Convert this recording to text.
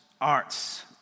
arts